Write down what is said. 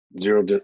zero